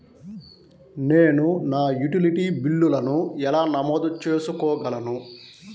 నేను నా యుటిలిటీ బిల్లులను ఎలా నమోదు చేసుకోగలను?